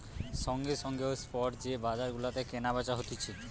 সঙ্গে সঙ্গে ও স্পট যে বাজার গুলাতে কেনা বেচা হতিছে